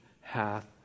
hath